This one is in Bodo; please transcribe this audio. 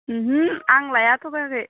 ओमहो आं लाया थगायाखै